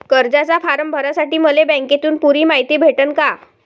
कर्जाचा फारम भरासाठी मले बँकेतून पुरी मायती भेटन का?